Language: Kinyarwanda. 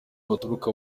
baturuka